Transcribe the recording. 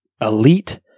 elite